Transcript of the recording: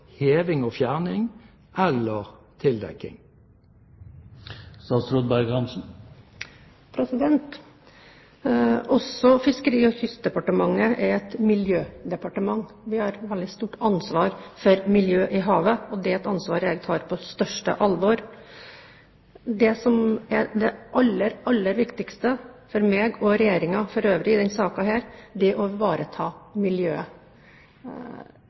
heving og fjerning eller tildekking? Også Fiskeri- og kystdepartementet er et miljødepartement. Vi har et veldig stort ansvar for miljøet i havet, og det er et ansvar jeg tar på største alvor. Det som er det aller viktigste for meg og for Regjeringen for øvrig i denne saken, er å ivareta miljøet,